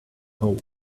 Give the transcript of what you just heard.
hole